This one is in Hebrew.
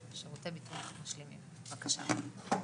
בבקשה.